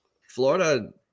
Florida